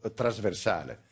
trasversale